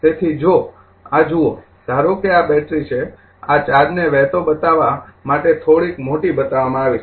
આ જુઓ ધારો કે આ બેટરી છે આ ચાર્જને વહેતો બતાવવા માટે થોડીક મોટી બતાવવામાં આવી છે